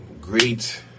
great